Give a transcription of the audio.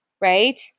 right